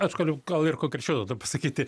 aš galiu gal ir konkrečiau pasakyti